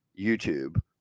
YouTube